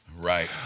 Right